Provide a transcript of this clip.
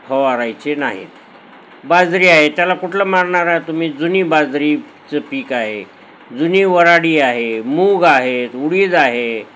फवारायचे नाही आहेत बाजरी आहे त्याला कुठलं मारणार आहे तुम्ही जुनी बाजरीचं पीक आहे जुनी वराडी आहे मूग आहेत उडीद आहे